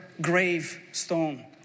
gravestone